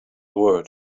word